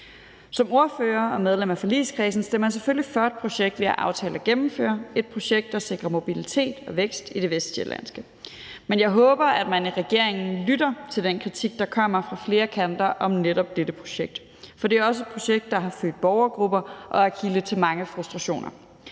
Som ordfører og medlem af forligskredsen stemmer jeg selvfølgelig for et projekt, vi har aftalt at gennemføre, og som sikrer mobilitet og vækst i det vestsjællandske. Men jeg håber, at man i regeringen lytter til den kritik, der kommer fra flere kanter om netop dette projekt, for det er også et projekt, der har født borgergrupper og er kilde til mange frustrationer,